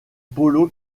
paulo